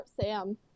Sam